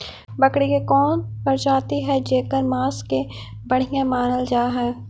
बकरी के कौन प्रजाति हई जेकर मांस के बढ़िया मानल जा हई?